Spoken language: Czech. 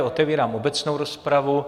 Otevírám obecnou rozpravu.